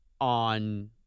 On